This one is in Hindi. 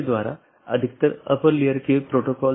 दो त्वरित अवधारणाऐ हैं एक है BGP एकत्रीकरण